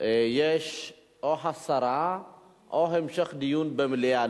יש או הסרה או המשך דיון במליאה.